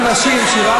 "עוד יישמע,